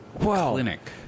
clinic